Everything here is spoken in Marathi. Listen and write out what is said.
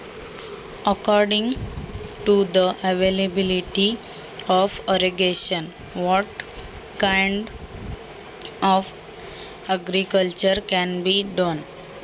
सिंचनाच्या उपलब्धतेनुसार कोणत्या शेती करता येतील?